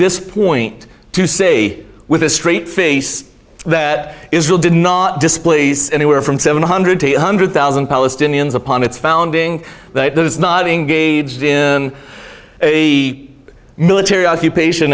this point to say with a straight face that israel did not displace anywhere from seven hundred to eight hundred thousand palestinians upon its founding that that is not engaged in a military occupation